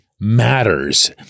matters